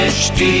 hd